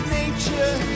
nature